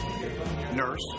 Nurse